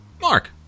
Mark